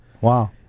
Wow